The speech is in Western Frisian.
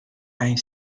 ein